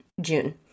June